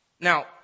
Now